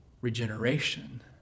regeneration